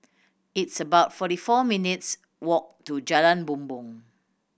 it's about forty four minutes' walk to Jalan Bumbong